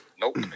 nope